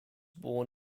born